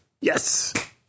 Yes